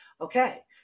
Okay